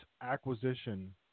acquisition